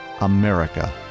America